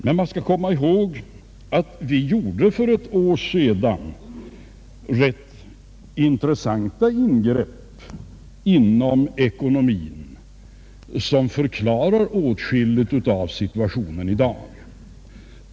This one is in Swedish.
Men då skall man komma ihåg att för ett år sedan gjorde vi ganska intressanta ingrepp i ekonomin, som förklarar åtskilligt av dagens situation.